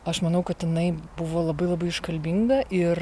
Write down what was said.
aš manau kad jinai buvo labai labai iškalbinga ir